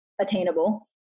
attainable